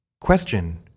question